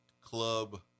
club